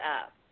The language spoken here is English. up